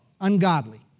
ungodly